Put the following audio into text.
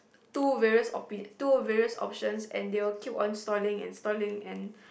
two various opinion two various options and they will keep on stalling and stalling and